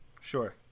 Sure